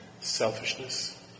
selfishness